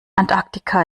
antarktika